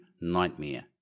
nightmare